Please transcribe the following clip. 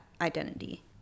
identity